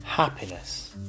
Happiness